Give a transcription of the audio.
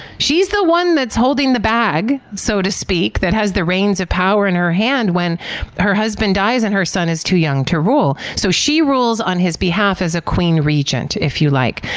she's the one that's holding the bag, so to speak, that has the reins of power in her hand when her husband dies and her son is too young to rule. so, she rules on his behalf as a queen regent, if you like.